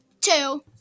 Two